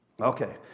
Okay